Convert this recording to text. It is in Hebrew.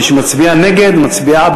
מהמגזר החרדי,